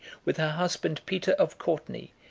with her husband peter of courtenay,